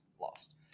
lost